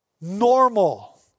Normal